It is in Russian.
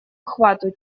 охвату